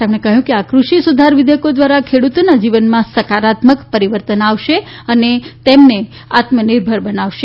તેમણે કહ્યું કે આ કૃષિ સુધાર વિધેયકો દ્વારા ખેડૂતોના જીવનમાં સકારાત્મક પરિવર્તન આવશે અને તેમને આત્મનિર્ભર બનાવશે